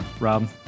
Rob